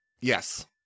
yes